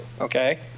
Okay